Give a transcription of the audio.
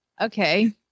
okay